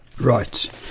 Right